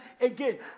again